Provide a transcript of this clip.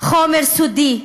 "חומר סודי".